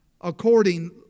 according